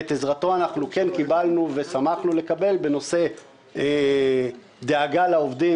ואת עזרתו כן קיבלנו ושמחנו לקבל לגבי דאגה לעובדים